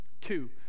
Two